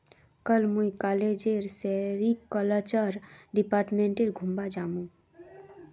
कल मुई कॉलेजेर सेरीकल्चर डिपार्टमेंट घूमवा जामु